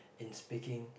in speaking